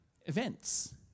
events